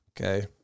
okay